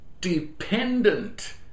dependent